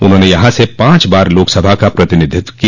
उन्होंने यहां से पांच बार लोकसभा का प्रतिनिधित्व किया